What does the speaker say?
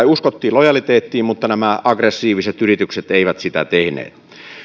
uskottiin lojaliteettiin mutta nämä aggressiiviset yritykset eivät sitä